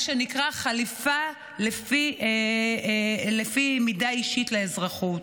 שנקרא חליפה לפי מידה אישית לאזרחות.